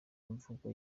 imvugo